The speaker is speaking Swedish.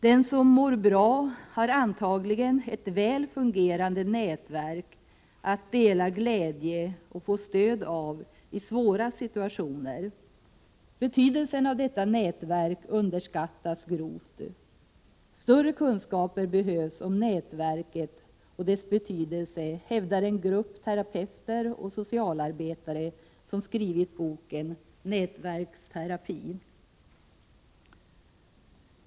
Den som mår bra har antagligen ett väl fungerande nätverk att dela glädje med och få stöd av i svåra situationer. Betydelsen av detta nätverk underskattas grovt. Större kunskaper behövs om nätverket och dess betydelse, hävdar en grupp terapeuter och socialarbetare, som skrivit boken Nätverksterapi.